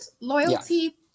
loyalty